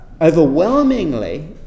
overwhelmingly